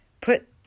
put